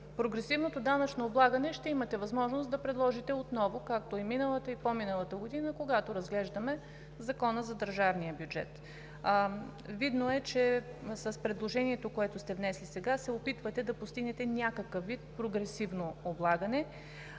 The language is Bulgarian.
прогресивното данъчно облагане, както и миналата, и по-миналата година, когато разглеждаме Закона за държавния бюджет. Видно е, че с предложението, което сте внесли, сега се опитвате да постигнете някакъв вид прогресивно облагане.